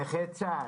נכה צה"ל,